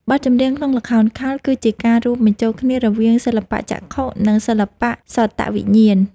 បទចម្រៀងក្នុងល្ខោនខោលគឺជាការរួមបញ្ចូលគ្នារវាងសិល្បៈចក្ខុ និងសិល្បៈសោតវិញ្ញាណ។